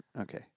Okay